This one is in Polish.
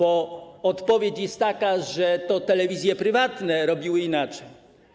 Odpowiedź jest taka, że to telewizje prywatne robiły, inaczej.